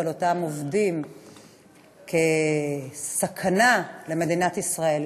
על אותם עובדים כסכנה למדינת ישראל,